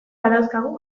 badauzkagu